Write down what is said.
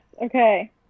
Okay